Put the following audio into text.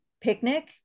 picnic